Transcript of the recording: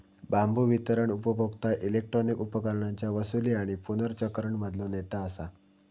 बांबू वितरण उपभोक्ता इलेक्ट्रॉनिक उपकरणांच्या वसूली आणि पुनर्चक्रण मधलो नेता असा